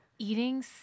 Eating